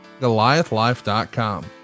Goliathlife.com